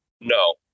No